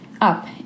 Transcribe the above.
up